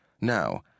Now